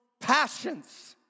passions